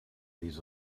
leaves